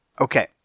Okay